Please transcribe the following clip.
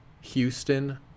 Houston